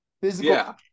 Physical